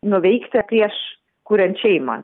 nuveikti prieš kuriant šeimą